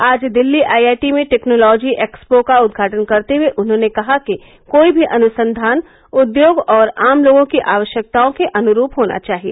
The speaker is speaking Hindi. आज दिल्ली आईआईटी में टेक्नोलॉजी एक्सपो का उद्घाटन करते हुए उन्होंने कहा कि कोई भी अनुसंधान उद्योग और आम लोगों की आवश्यकताओं के अनुरूप होना चाहिए